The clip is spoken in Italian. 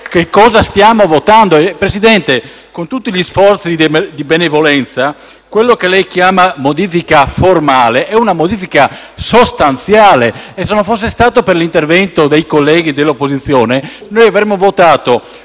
Presidente, con tutti gli sforzi di benevolenza, quella che lei chiama modifica formale è una modifica sostanziale e se non fosse stato per l'intervento dei colleghi dell'opposizione, noi avremmo votato